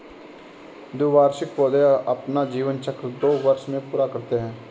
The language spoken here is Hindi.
द्विवार्षिक पौधे अपना जीवन चक्र दो वर्ष में पूरा करते है